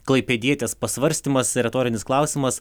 klaipėdietės pasvarstymas retorinis klausimas